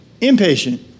Impatient